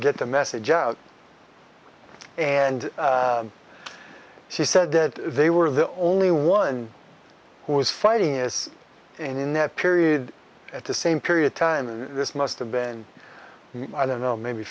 get the message out and she said that they were the only one who was fighting is in that period at the same period of time and this must have been i don't know maybe